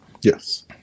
Yes